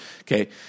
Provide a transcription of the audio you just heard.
Okay